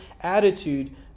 attitude